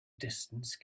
distance